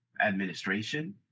administration